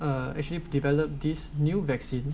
uh actually develop these new vaccine